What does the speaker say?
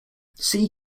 see